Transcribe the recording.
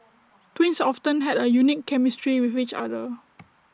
twins often had unique chemistry with each other